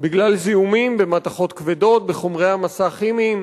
בגלל זיהומים במתכות כבדות, בחומרי המסה כימיים.